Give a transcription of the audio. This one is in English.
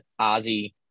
Ozzy